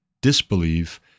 disbelieve